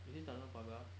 it is tajong pagar